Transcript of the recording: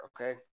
okay